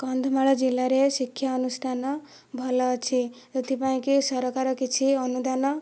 କନ୍ଧମାଳ ଜିଲ୍ଲାରେ ଶିକ୍ଷା ଅନୁଷ୍ଠାନ ଭଲ ଅଛି ସେଥିପାଇଁ କି ସରକାର କିଛି ଅନୁଦାନ